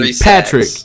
Patrick